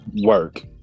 work